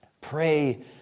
pray